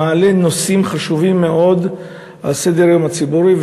מעלה נושאים חשובים מאוד על סדר-היום הציבורי,